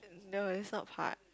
no it's not hard